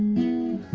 you